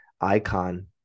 icon